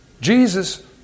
Jesus